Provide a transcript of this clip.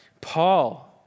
Paul